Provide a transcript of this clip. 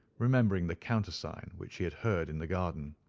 remembering the countersign which he had heard in the garden.